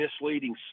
misleading